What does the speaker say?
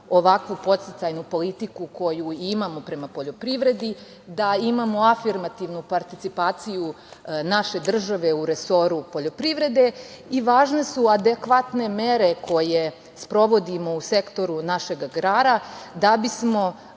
ovakvu podsticajnu politiku koju imamo prema poljoprivredi, da imamo afirmativnu participaciju naše države u resoru poljoprivrede i važne su adekvatne mere koje sprovodimo u sektoru našeg agrara da bismo